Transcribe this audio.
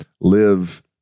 live